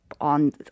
on